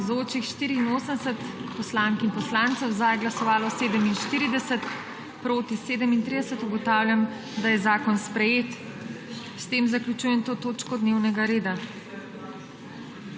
(Za je glasovalo 47.) (Proti 37.) Ugotavljam, da je zakon sprejet. S tem zaključujem to točko dnevnega reda.